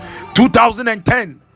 2010